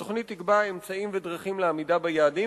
התוכנית תקבע אמצעים ודרכים לעמידה ביעדים